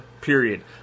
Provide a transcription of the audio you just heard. period